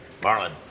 Marlon